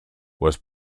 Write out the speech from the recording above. was